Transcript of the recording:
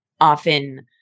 often